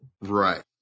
Right